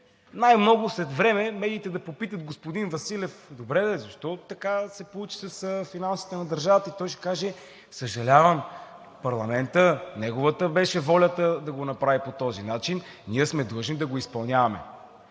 Най-много след време медиите да попитат господин Василев: Добре де, защо така се получи с финансите на държавата? И той ще каже: Съжалявам, волята на парламента беше да го направи по този начин, ние сме длъжни да го изпълняваме.